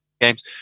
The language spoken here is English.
games